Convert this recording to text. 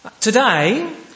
Today